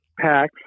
packs